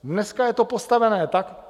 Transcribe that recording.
Dneska je to postavené tak...